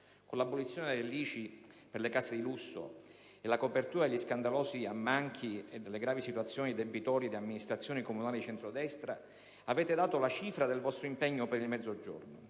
Con l'abolizione dell'ICI per le case di lusso e la copertura degli scandalosi ammanchi e delle gravi situazioni debitorie di amministrazioni comunali di centrodestra avete dato la cifra del vostro impegno per il Mezzogiorno.